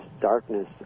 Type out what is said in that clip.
darkness